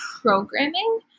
programming